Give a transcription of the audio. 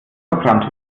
verbrannt